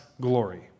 glory